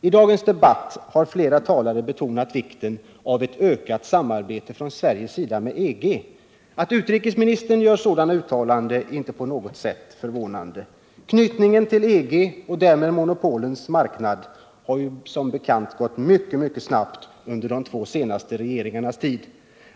I dagens debatt har flera talare betonat vikten av ett ökat samarbete från Sveriges sida med EG. Att utrikesministern gör sådana uttalanden är inte på något sätt förvånande. Knytningen till EG:s och därmed monopolens marknad har ju som bekant gått mycket snabbt under de två senaste regeringarnas tid.